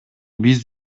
биз